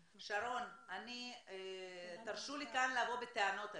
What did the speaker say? שרון, תרשו לי כאן לבוא בטענות אליכם.